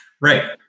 right